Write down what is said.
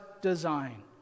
design